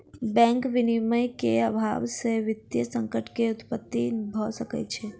bank विनियमन के अभाव से वित्तीय संकट के उत्पत्ति भ सकै छै